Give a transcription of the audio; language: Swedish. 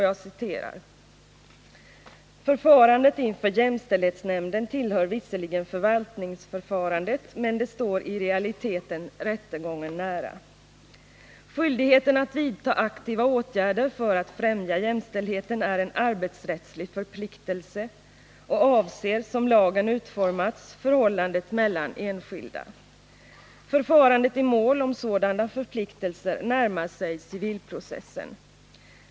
Jag citerar: ”Förfarandet inför jämställdhetsnämnden tillhör visserligen förvaltningsförfarandet, men det står i realiteten rättegången nära. Skyldigheten att vidta aktiva åtgärder för att främja jämställdheten är en arbetsrättslig förpliktelse och avser, som lagen utformats, förhållandet mellan enskilda. Förfarandet i mål om sådana förpliktelser närmar sig civilprocessen.